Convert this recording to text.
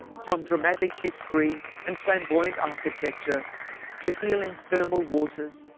from dramatic history and flamboyant architecture to healing thermal waters,